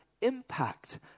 impact